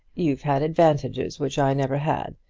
you've had advantages which i never had.